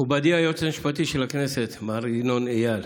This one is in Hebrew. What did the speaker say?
מכובדי היועץ המשפטי של הכנסת מר ינון איל.